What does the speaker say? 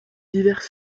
divers